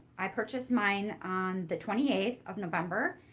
i purchased mine on the twenty eighth of november.